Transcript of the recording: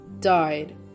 died